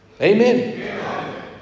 Amen